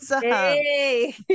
Hey